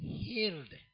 healed